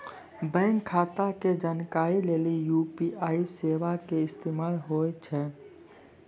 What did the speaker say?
bank खाता के जानकारी लेली यू.पी.आई सेबा के इस्तेमाल होय छै